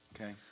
Okay